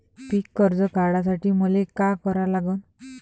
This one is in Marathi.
पिक कर्ज काढासाठी मले का करा लागन?